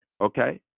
okay